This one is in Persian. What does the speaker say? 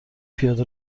پیاده